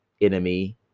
enemy